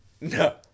No